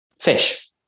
fish